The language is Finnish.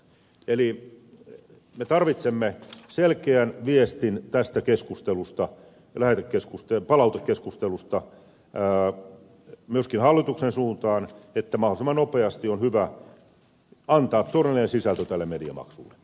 eli me tarvitsemme selkeän viestin tästä palautekeskustelusta myöskin hallituksen suuntaan että mahdollisimman nopeasti on hyvä antaa todellinen sisältö tälle mediamaksulle